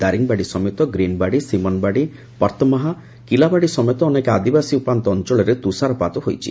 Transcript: ଦାରିଙ୍ଗିବାଡ଼ି ସମେତ ଗ୍ରୀନ୍ବାଡ଼ି ସିମନବାଡ଼ି ପର୍ଉମାହା ଓ କିଲାବାଡ଼ି ସମେତ ଅନେକ ଆଦିବାସୀ ଉପାନ୍ତ ଅଞଳରେ ତୁଷାରପାତ ହୋଇଛି